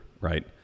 right